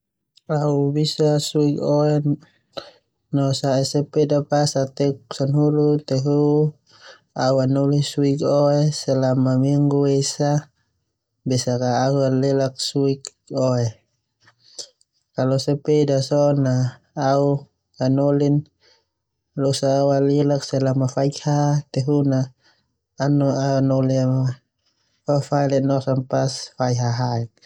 Au bisa suik oe no sa'e sepeda pas au teuk sanahulu. Tehu au anoli suik oe selama minggu esa besak a au bisa alelak suik oe. Kalau sepeda so na au anoli losa au alak selama faik ha.